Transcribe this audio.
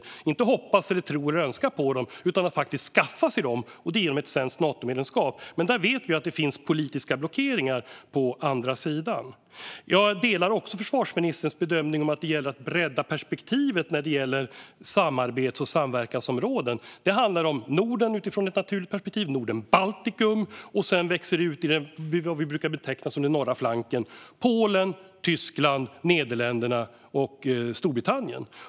Det handlar inte om att hoppas, tro eller önska sig sådana utan om att faktiskt skaffa sig dem, och detta sker genom ett svenskt Natomedlemskap. Där vet vi dock att det finns politiska blockeringar på andra sidan. Jag delar också försvarsministerns bedömning att det gäller att bredda perspektivet när det gäller samarbets och samverkansområden. Det handlar om Norden - utifrån ett naturligt perspektiv - och om Norden och Baltikum. Sedan växer det ut i vad vi brukar beteckna som den norra flanken med Polen, Tyskland, Nederländerna och Storbritannien.